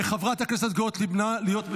חברת הכנסת גוטליב, נא להיות בשקט.